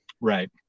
Right